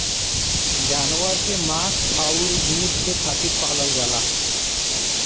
जानवर के मांस आउर दूध के खातिर पालल जाला